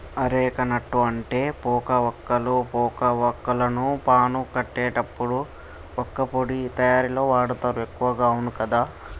areca nut అంటే పోక వక్కలు, పోక వాక్కులను పాను కట్టేటప్పుడు వక్కపొడి తయారీల వాడుతారు ఎక్కువగా అవును కదా